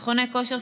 מכוני כושר,